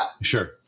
Sure